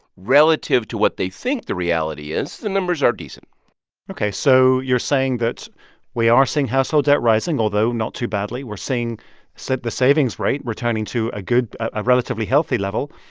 relative to what they think the reality is, the numbers are decent ok. so you're saying that we are seeing household debt rising, although not too badly. we're seeing the savings rate returning to a good a relatively healthy level.